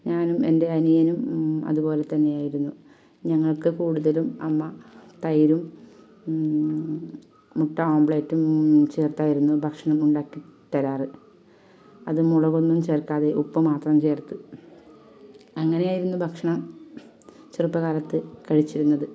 ഞാനും എൻ്റെ അനിയനും അതുപോലെ തന്നെ ആയിരുന്നു ഞങ്ങൾക്ക് കൂടുതലും അമ്മ തൈരും മുട്ട ഓംലൈറ്റും ചേർത്തായിരുന്നു ഭക്ഷണം ഉണ്ടാക്കി തരാറ് അത് മുളകൊന്നും ചേർക്കാതെ ഉപ്പ് മാത്രം ചേർത്ത് അങ്ങനെ ആയിരുന്നു ഭക്ഷണം ചെറുപ്പകാലത്ത് കഴിച്ചിരുന്നത്